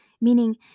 meaning